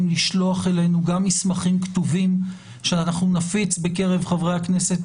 לשלוח אלינו גם מסמכים כתובים שאנחנו נפיץ בקרב חברי הכנסת